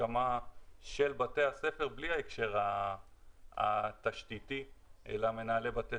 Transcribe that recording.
הסכמת בתי הספר בלי ההקשר התשתיתי אלא שמנהלי בתי